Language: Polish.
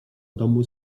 domu